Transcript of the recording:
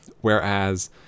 Whereas